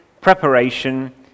preparation